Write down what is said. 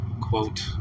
quote